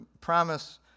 promise